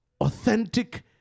Authentic